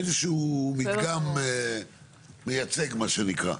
איזשהו מדגם מייצג, מה שנקרא.